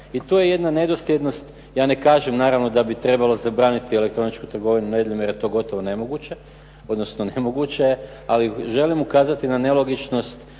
I to je jedna nedosljednost. Ja ne kažem naravno da bi trebalo zabraniti elektroničku trgovinu nedjeljom jer je to gotovo nemoguće odnosno nemoguće je ali želim ukazati na nelogičnost